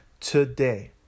today